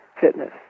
fitness